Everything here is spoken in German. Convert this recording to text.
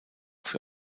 für